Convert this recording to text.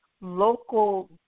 local